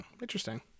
Interesting